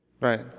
Right